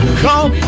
Come